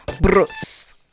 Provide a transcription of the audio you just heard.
Bruce